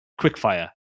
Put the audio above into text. quickfire